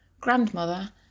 grandmother